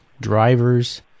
drivers